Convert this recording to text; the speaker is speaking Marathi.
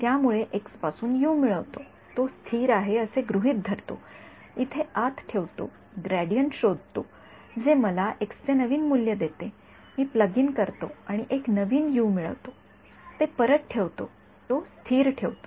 त्यामुळे मी एक्स पासून मिळवतो तो स्थिर आहे असे गृहीत धरतो इथे आत ठेवतो ग्रेडियंट शोधतो जे मला एक्सचे एक नवीन मूल्य देते मी प्लग इन करतो आणि एक नवीन मिळवतो ते परत ठेवतो तो स्थिर ठेवतो